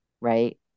right